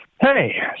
Hey